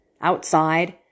outside